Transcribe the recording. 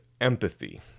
empathy